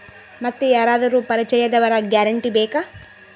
ಮತ್ತೆ ಯಾರಾದರೂ ಪರಿಚಯದವರ ಗ್ಯಾರಂಟಿ ಬೇಕಾ?